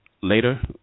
later